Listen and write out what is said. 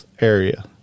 area